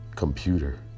computer